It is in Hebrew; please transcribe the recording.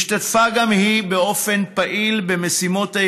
השתתפה גם היא באופן פעיל במשימות הארגון,